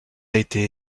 été